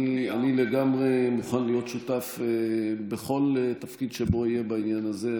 אני לגמרי מוכן להיות שותף בכל תפקיד שלא יהיה בעניין הזה.